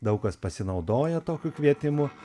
daug kas pasinaudoja tokiu kvietimu